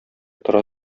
тора